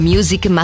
Music